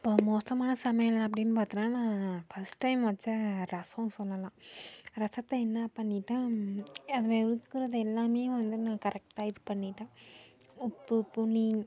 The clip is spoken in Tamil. இப்போது மோசமான சமையல் அப்டின்னு பார்த்தோன்னா நான் ஃபஸ்ட் டைம் வச்ச ரசம் சொல்லலாம் ரசத்தை என்ன பண்ணிட்டேன் எ அதில் இருக்கிறத எல்லாமே வந்து நான் கரெக்டாக இது பண்ணிட்டேன் உப்பு புளி